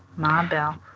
ma bell.